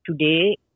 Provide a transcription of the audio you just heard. today